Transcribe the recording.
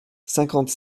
cinquante